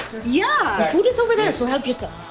yeah food is over there so help yourself.